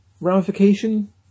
ramification